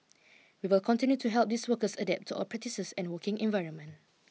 we will continue to help these workers adapt to our practices and working environment